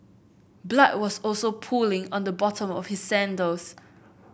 blood was also pooling on the bottom of his sandals